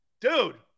Dude